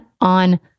on